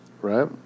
right